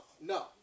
no